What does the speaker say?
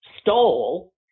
stole